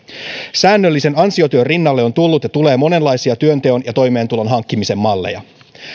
säännöllisen ansiotyön rinnalle on tullut ja tulee monenlaisia työnteon ja toimeentulon hankkimisen malleja